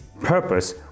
purpose